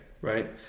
right